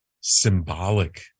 symbolic